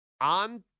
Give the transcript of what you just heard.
on